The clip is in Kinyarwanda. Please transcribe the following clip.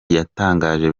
yatangaje